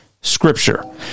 scripture